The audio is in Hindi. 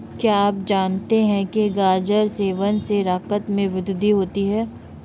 क्या आप जानते है गाजर सेवन से रक्त में वृद्धि होती है?